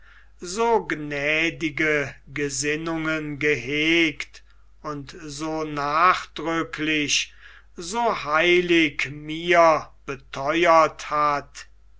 so gnädige gesinnungen gehegt und so nachdrücklich so heilig mir betheuert hat